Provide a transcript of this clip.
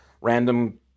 random